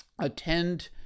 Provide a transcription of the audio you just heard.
Attend